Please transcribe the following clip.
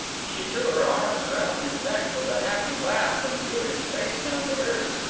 she threw her arms round his neck with a happy laugh, and drew his face down to hers.